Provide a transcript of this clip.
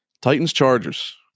Titans-Chargers